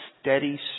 steady